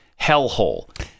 hellhole